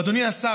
ואדוני השר,